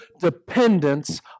dependence